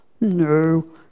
No